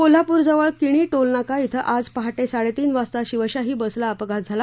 कोल्हापूरजवळ Kini toll नाका येथे आज पहाटे साडेतीन वाजता शिवशाही बसला अपघात झाला